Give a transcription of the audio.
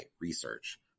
Research